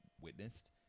witnessed